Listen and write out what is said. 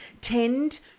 tend